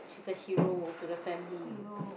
she is a hero to the family